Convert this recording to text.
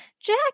Jack